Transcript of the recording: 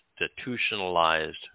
institutionalized